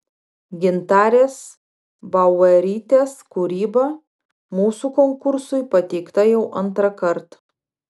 gintarės bauerytės kūryba mūsų konkursui pateikta jau antrąkart